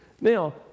Now